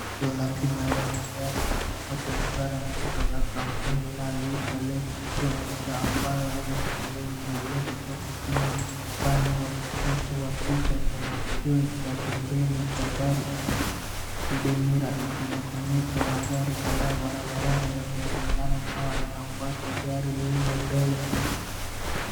Bima ya magari. Motor insurance kutoka kampuni inayoitwa Lets Go Insure ambayo ni sehemu ya Lets Go Kenya . Upande wa kushoto wa picha kuna kioo cha pembeni cha gari hidden mirror kinachoonyesha magari kadhaa barabarani yakionekana kama yanafuata gari lililo mbele.